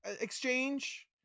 exchange